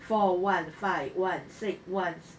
four one five one six once